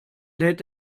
lädt